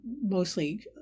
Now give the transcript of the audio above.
mostly